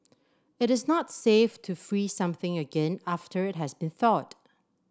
it is not safe to freeze something again after it has been thawed